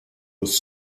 was